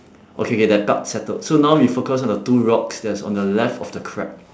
okay okay that part settled so now we focus on the two rocks that is on the left of the crab